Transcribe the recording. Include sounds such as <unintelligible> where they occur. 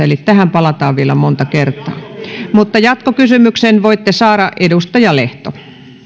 <unintelligible> eli tähän palataan vielä monta kertaa mutta jatkokysymyksen voitte saada edustaja lehto